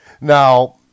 Now